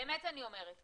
באמת אני אומרת,